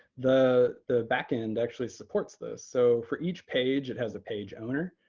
the the back end actually supports this. so for each page, it has a page owner.